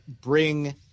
bring